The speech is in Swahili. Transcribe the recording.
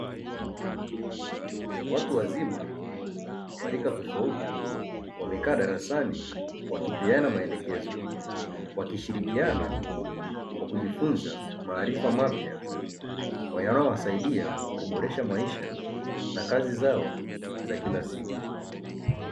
Watu wazima wa rika tofauti wamekaa darasani wakipeana maelekezo , wakishirikiana kwa kujifunza maarifa mapya yanayowasaidia kuboresha maisha na kazi zao za kila siku.